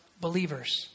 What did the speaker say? believers